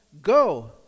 go